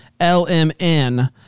lmn